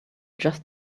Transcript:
just